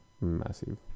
massive